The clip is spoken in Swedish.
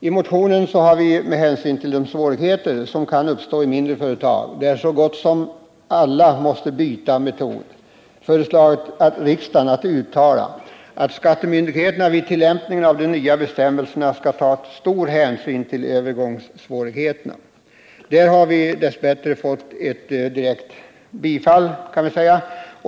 I motionen har vi med hänsyn till de svårigheter som kan uppstå i mindre företag, av vilka som gott som alla måste byta metod, föreslagit att riksdagen uttalar att skattemyndigheterna vid tillämpningen av de nya bestämmelserna skall ta stor hänsyn till övergångssvårigheterna. Här kan man säga att vi dess bättre har fått ett direkt bifall.